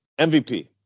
MVP